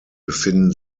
befinden